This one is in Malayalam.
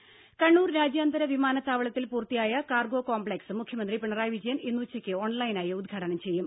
ദേദ കണ്ണൂർ രാജ്യാന്തര വിമാനത്താവളത്തിൽ പൂർത്തിയായ കാർഗോ കോംപ്ലക്സ് മുഖ്യമന്ത്രി പിണറായി വിജയൻ ഇന്ന് ഉച്ചയ്ക്ക് ഓൺലൈനായി ഉദ്ഘാടനം ചെയ്യും